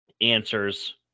answers